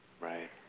right